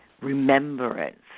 remembrance